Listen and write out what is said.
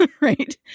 Right